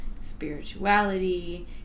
spirituality